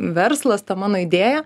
verslas ta mano idėja